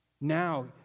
now